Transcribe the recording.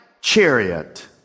chariot